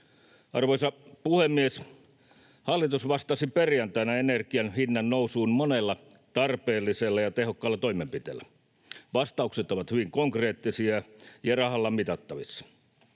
Arvoisa puhemies! Hallitus vastasi perjantaina energian hinnan nousuun monella tarpeellisella ja tehokkaalla toimenpiteellä. Vastaukset ovat hyvin konkreettisia ja rahalla mitattavissa.